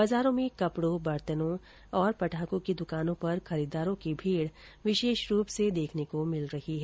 बाजारों में कपड़ों बर्तनों और पटाखों की दुकानों पर खरीददारों की भीड़ विशेष रूप से देखने को मिल रही है